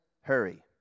hurry